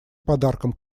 подарком